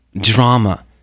drama